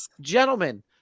Gentlemen